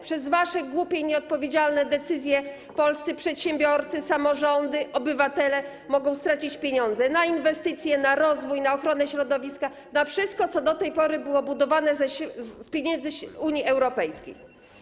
Przez wasze głupie, nieodpowiedzialne decyzje polscy przedsiębiorcy, samorządy, obywatele mogą stracić pieniądze na inwestycje, na rozwój, na ochronę środowiska, na wszystko, co do tej pory było budowane z pieniędzy Unii Europejskiej.